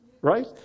right